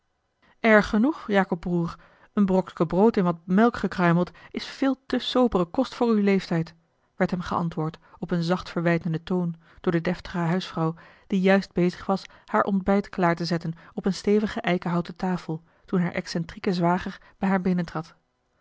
erg genoeg jacob broêr een broksken brood in wat melk gekruimeld is veel te sobere kost voor uw leeftijd werd hem geantwoord op een zacht verwijtenden toon door de deftige huisvrouw die juist bezig was haar ontbijt klaar te zetten op eene stevige eikenhouten tafel toen haar excentrieke zwager bij haar